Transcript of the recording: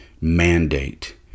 mandate